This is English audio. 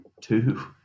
two